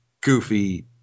goofy